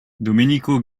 domenico